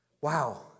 Wow